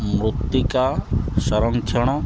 ମୃତ୍ତିକା ସଂରକ୍ଷଣ